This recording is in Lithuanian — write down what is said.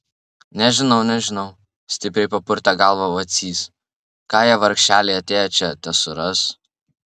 nežinau nežinau stipriai papurtė galvą vacys ką jie vargšeliai atėję čia tesuras